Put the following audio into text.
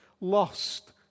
lost